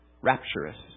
rapturous